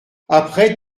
après